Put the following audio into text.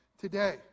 today